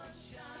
sunshine